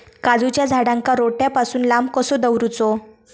काजूच्या झाडांका रोट्या पासून लांब कसो दवरूचो?